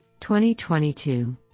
2022